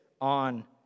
on